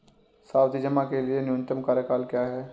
सावधि जमा के लिए न्यूनतम कार्यकाल क्या है?